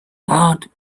hard